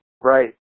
Right